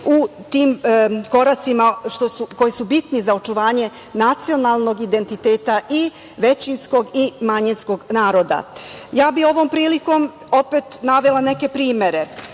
u tim koracima koji su bitni za očuvanje nacionalnog identiteta i većinskog i manjinskog naroda. Ja bih ovom prilikom opet navela neke primere.